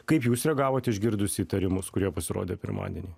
kaip jūs reagavot išgirdusi įtarimus kurie pasirodė pirmadienį